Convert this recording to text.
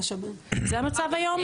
זה המצב היום?